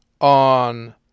on